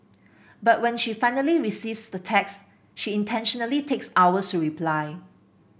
but when she finally receives the text she intentionally takes hours reply